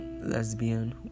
lesbian